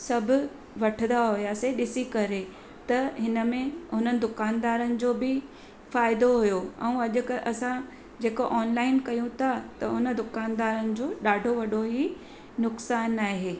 सभु वठंदा हुआसीं ॾिसी करे त हिनमें हुननि दुकानदारनि जो बि फ़ाइदो हुओ ऐं अॼुकल्ह असां जेको ऑनलाइन कयूं था त उन दुकानदारनि जो ॾाढो वॾो ई नुक़सानु आहे